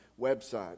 website